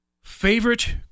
Favorite